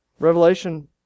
Revelation